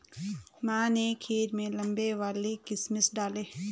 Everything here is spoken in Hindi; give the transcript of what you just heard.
माँ ने खीर में लंबे वाले किशमिश डाले